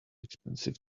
expensive